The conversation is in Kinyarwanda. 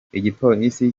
igipolisi